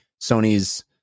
Sony's